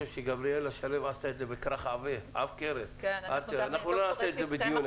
גבריאלה שלו עשתה את זה בכרך עב כרס ואנחנו לא נעשה את זה בדיון אחד.